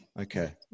Okay